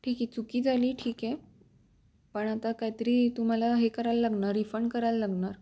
ठीक आहे चुकी झाली ठीक आहे पण आता कायतरी तुम्हाला हे करायला लागणार रिफंड करायला लागणार